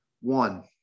one